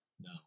No